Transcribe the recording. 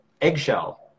eggshell